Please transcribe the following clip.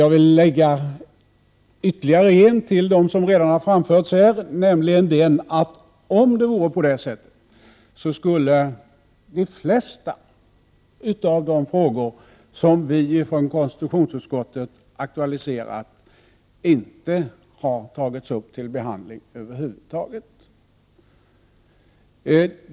Jag vill lägga ytterligare en till dem som redan har framförts här, nämligen att om det vore på det sättet skulle de flesta av de frågor som vi i konstitutionsutskottet aktualiserat inte ha tagits upp till behandling över huvud taget.